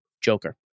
Joker